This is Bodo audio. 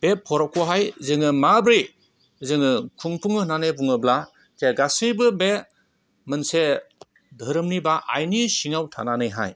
बे फरबखौहाय जोङो माब्रै जोङो खुंफुङो होननानै बुङोब्ला जे गासैबो बे मोनसे धोरोमनि बा आयेननि सिङाव थानानैहाय